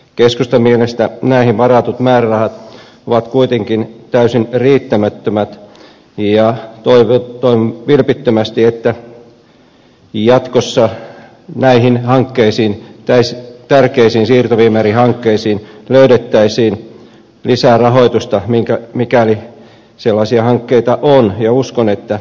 keskustan mielestä näihin varatut määrärahat ovat kuitenkin täysin riittämättömät ja toivon vilpittömästi että jatkossa näihin hankkeisiin tärkeisiin siirtoviemärihankkeisiin löydettäisiin lisää rahoitusta mikäli sellaisia hankkeita on ja uskon että niitä löytyy